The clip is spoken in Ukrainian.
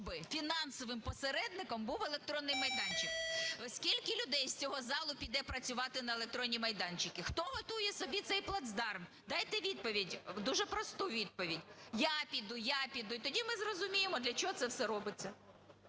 щоб фінансовим посередником був електронний майданчик? Скільки людей з цього залу піде працювати на електронні майданчики? Хто готує собі цей плацдарм? Дайте відповідь, дуже просту відповідь - я піду, я піду, і тоді ми зрозуміємо для чого це все робиться.